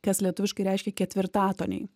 kas lietuviškai reiškia ketvirtatoniai